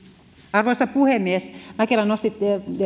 arvoisa puhemies mäkelä nosti